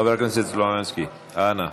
חבר הכנסת סלומינסקי, אנא.